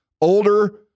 older